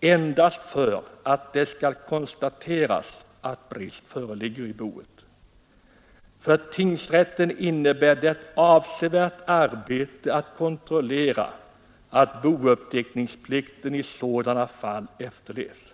endast för att det skall konstateras att brist föreligger. För tingsrätten innebär det avsevärt arbete att kontrollera att bouppteckningsplikten i sådana fall efterlevs.